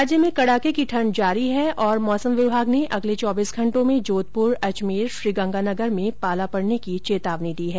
राज्य में कड़ाके की ठंड जारी हैं और मौसम विभाग ने अगले चौबीस घंटों में जोधपुर अजमेर श्रीगंगानगर में पाला पड़ने की चेतावनी दी हैं